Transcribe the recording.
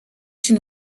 une